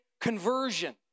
conversion